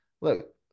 look